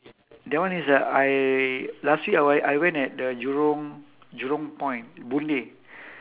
that one is uh I last week I we~ I went at the jurong jurong point boon lay